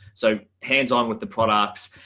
so hands on with the products.